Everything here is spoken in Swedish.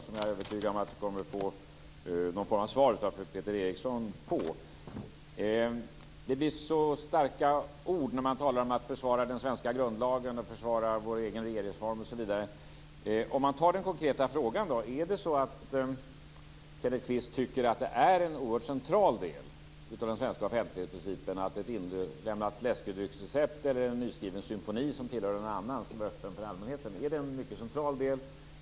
Det är en fråga som jag är övertygad om att jag kommer att få svar på av Det blir stå starka ord när man talar om att försvara den svenska grundlagen, vår svenska regeringsform osv. För att ta den konkreta frågan: Är det så att Kenneth Kvist tycker att det är en oerhört central del av den svenska offentlighetsprincipen att ett inlämnat läskedrycksrecept eller en nyskriven symfoni som tillhör någon annan skall vara öppen för allmänheten?